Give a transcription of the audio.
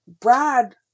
Brad